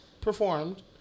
performed